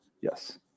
yes